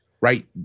right